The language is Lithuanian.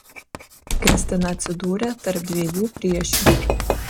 kristina atsidūrė tarp dviejų priešių